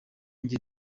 njye